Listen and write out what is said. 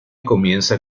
comienza